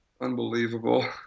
Unbelievable